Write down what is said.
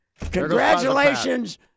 congratulations